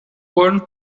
wollen